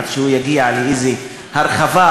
עד שהוא יגיע לאיזה הרחבה,